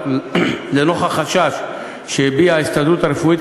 לנוכח חשש שהביעה ההסתדרות הרפואית,